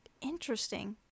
Interesting